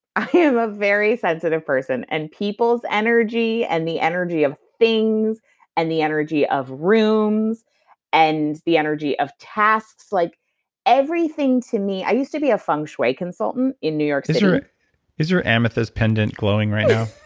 i am a very sensitive person, and people's energy and the energy of things and the energy of rooms and the energy of tasks, like everything to me. i used to be a feng shui consultant in new york city is there an amethyst pendant glowing right now?